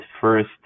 first